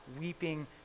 weeping